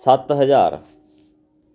ਸੱਤ ਹਜ਼ਾਰ